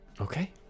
Okay